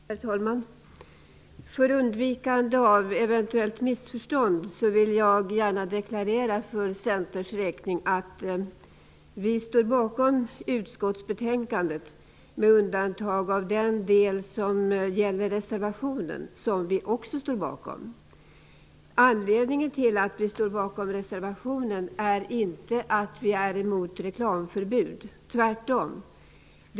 Herr talman! För undvikande av eventuellt missförstånd vill jag gärna för Centerns räkning deklarera att vi står bakom utskottsbetänkandet med undantag av den del som gäller reservationen, som vi också står bakom. Anledningen till att vi står bakom reservationen är inte att vi är emot reklamförbud, tvärtom.